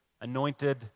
anointed